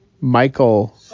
Michael